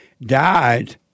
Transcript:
died